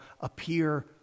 appear